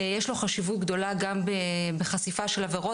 יש לו חשיבות גדולה גם בחשיפה של עבירות